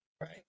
Right